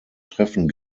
treffen